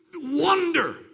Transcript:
wonder